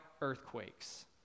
earthquakes